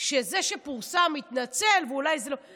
שזה שפרסם התנצל, ואולי זה לא.